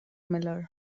miller